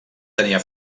tenia